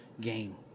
game